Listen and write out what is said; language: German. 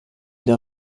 der